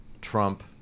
Trump